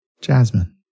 Jasmine